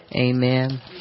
Amen